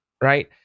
right